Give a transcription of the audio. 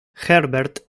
herbert